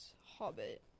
Hobbit